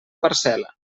parcel·la